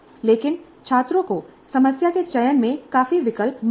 लेकिन छात्रों को समस्या के चयन में काफी विकल्प मिलते हैं